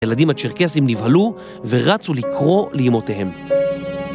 הילדים הצ'רקסים נבהלו ורצו לקרוא ליאמותיהם.